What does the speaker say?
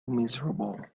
miserable